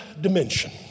dimension